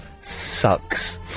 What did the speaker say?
sucks